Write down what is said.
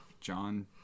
John